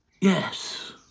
Yes